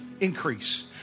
increase